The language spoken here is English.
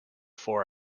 four